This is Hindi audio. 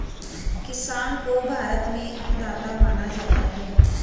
किसान को भारत में अन्नदाता माना जाता है